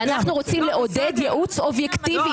אנחנו רוצים לעודד ייעוץ אובייקטיבי.